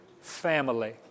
family